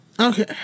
Okay